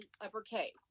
uppercase